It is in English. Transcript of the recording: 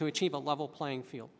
to achieve a level playing field